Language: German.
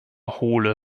hohle